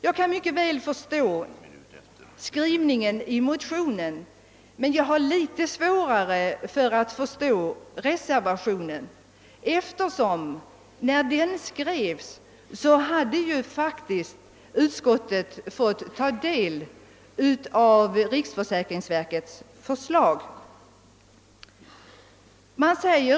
Jag kan mycket väl förstå skrivningen i motionen som ligger till grund för reservationen, men jag har litet svårare att förstå reservationen, eftersom utskottet hade fått ta del av riksförsäkringsverkets förslag när reservationen skrevs.